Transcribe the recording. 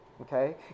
okay